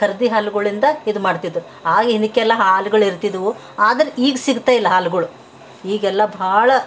ಖರ್ದಿ ಹಾಲುಗಳಿಂದ ಇದು ಮಾಡ್ತಿದ್ರು ಆಗ ಇದಕ್ಕೆಲ್ಲ ಹಾಲುಗಳಿರ್ತಿದ್ದವು ಆದರೆ ಈಗ ಸಿಗ್ತಾಯಿಲ್ಲ ಹಾಲುಗಳು ಈಗೆಲ್ಲ ಭಾಳ